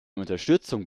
unterstützung